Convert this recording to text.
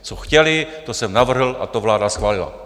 Co chtěli, to jsem navrhl a to vláda schválila.